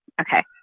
Okay